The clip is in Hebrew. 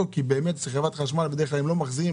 כי באמת חברת החשמל בדרך כלל לא מחזירה,